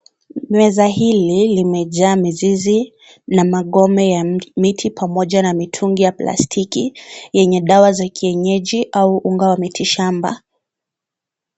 Meza hili limejaa mizizi na magome ya miti pamoja na mitungi ya plastiki enye dawa za kienyeji au unga wa miti shamba.